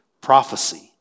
prophecy